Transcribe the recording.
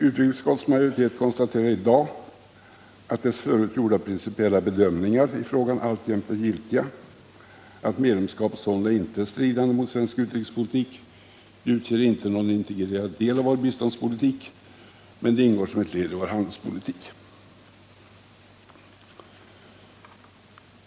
Utrikesutskottets majoritet konstaterar i dag att dess förut gjorda principiella bedömningar i frågan alltjämt är giltiga, att medlemskapet sålunda inte är stridande mot svensk utrikespolitik, att det inte utgör någon integrerad del av vår biståndspolitik men att det ingår som ett led i vår handelspolitik.